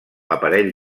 aparell